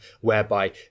whereby